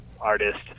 artist